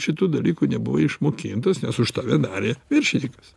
šitų dalykų nebuvai išmokintas nes už tave darė viršininkas